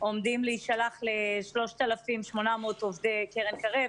עומדים להישלח ל-3,800 עובדי קרן "קרב".